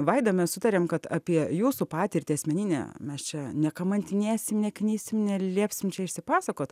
vaida mes sutarėm kad apie jūsų patirtį asmeninę mes čia nekamantinėsim neknisim neliepsim čia išsipasakot